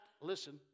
listen